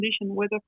weather